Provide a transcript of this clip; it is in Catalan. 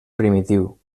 primitiu